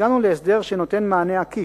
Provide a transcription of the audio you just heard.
הגענו להסדר שנותן מענה עקיף: